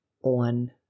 on